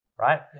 right